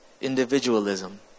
individualism